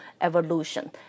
evolution